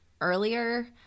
earlier